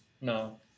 No